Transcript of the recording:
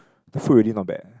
the food really not bad